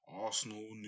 Arsenal